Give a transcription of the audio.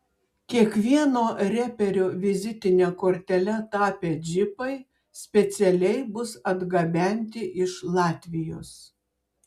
kiekvieno reperio vizitine kortele tapę džipai specialiai bus atgabenti iš latvijos